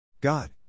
God